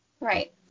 Right